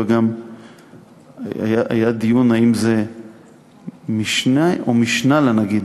וגם היה דיון אם זה משנֶה או משנָה לנגיד,